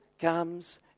comes